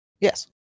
Yes